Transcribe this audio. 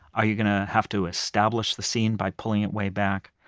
are you going to have to establish the scene by pulling it way back?